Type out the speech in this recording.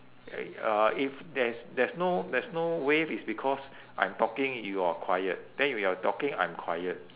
eh uh if there is there's no there's no wave is because I'm talking you're quiet then when you're talking I'm quiet